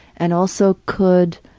and also could